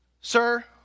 Sir